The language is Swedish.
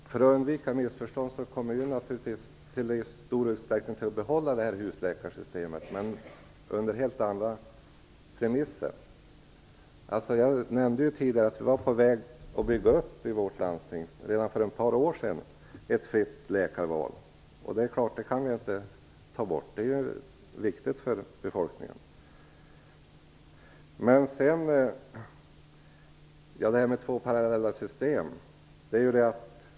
Herr talman! För att undvika missförstånd vill jag säga att vi i stor usträckning vill behålla husläkarsystemet men under helt andra premisser. Jag nämnde tidigare att vi i vårt landsting redan för ett par år sedan var på väg att bygga ett system med fritt läkarval. Det kan vi naturligtvis inte ta bort, för det är ju viktigt för befolkningen. Jag nämnde detta med två parallella ekonomiska system.